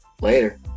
Later